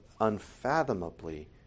unfathomably